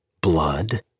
Blood